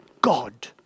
God